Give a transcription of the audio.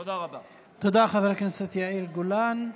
תודה, חבר הכנסת יאיר גולן.